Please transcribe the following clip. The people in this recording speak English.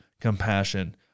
compassion